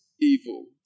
evil